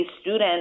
student